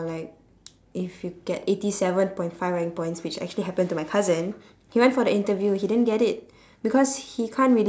like if you get eighty seven point five rank points which actually happened to my cousin he went for the interview he didn't get it because he can't really